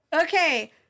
Okay